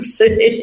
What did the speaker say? say